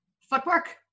Footwork